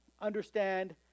understand